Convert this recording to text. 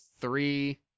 three